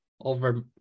over